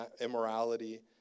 immorality